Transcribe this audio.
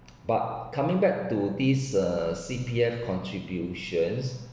but coming back to this uh C_P_F contributions